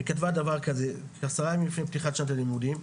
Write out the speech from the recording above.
היא כתבה דבר כזה עשרה ימים לפני פתיחת שנת הלימודים,